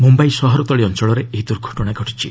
ମୁମ୍ୟାଇ ସହରତଳି ଅଞ୍ଚଳରେ ଏହି ଦୂର୍ଘଟଣା ଘଟିଛି